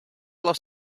los